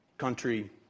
country